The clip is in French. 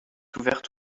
ouverte